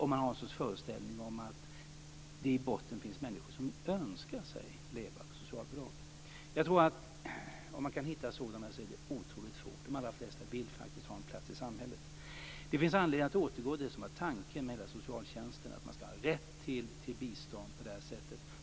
Man har någon sorts föreställning om att det i botten finns människor som önskar leva på socialbidrag. Jag tror att det är otroligt svårt att hitta sådana. De allra flesta vill faktiskt ha en plats i samhället. Det finns anledning att återgå till det som var tanken med socialtjänsten: Man ska ha rätt till bistånd på det här sättet.